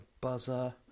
buzzer